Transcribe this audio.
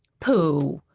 pooh!